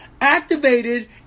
activated